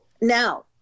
now